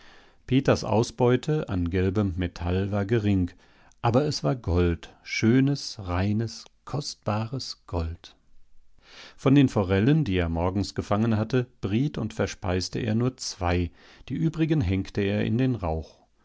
peters ausbeute an gelbem metall war gering aber es war gold schönes reines kostbares gold von den forellen die er morgens gefangen hatte briet und verspeiste er nur zwei die übrigen hängte er in den rauch